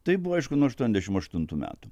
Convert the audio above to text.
tai buvo aišku nuo aštuondešim aštuntų metų